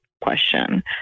question